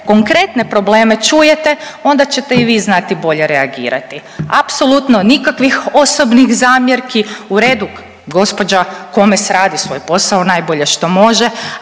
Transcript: konkretne probleme čujete onda ćete i vi znati boje reagirati. Apsolutno nikakvih osobnih zamjerki, u redu gđa. Komes radi svoj posao najbolje što može,